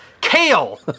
Kale